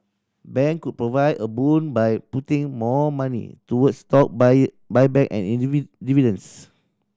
bank could provide a boon by putting more money toward stock buyback and dividends